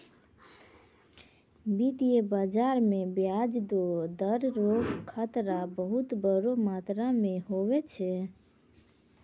वित्तीय बाजार मे ब्याज दर रो खतरा बहुत बड़ो मात्रा मे हुवै छै